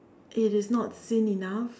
it is not seen enough